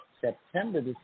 September